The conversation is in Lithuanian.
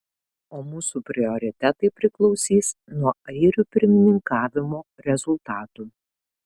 o mūsų prioritetai priklausys nuo airių pirmininkavimo rezultatų